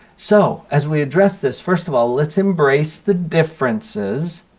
so, as we address this, first of all, let's embrace the differences.